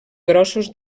grossos